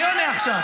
אני עונה עכשיו.